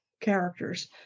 characters